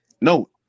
No